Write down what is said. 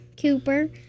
Cooper